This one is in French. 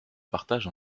partage